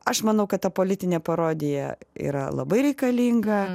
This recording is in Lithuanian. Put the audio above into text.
aš manau kad ta politinė parodija yra labai reikalinga